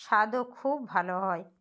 স্বাদও খুব ভালো হয়